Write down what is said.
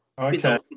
Okay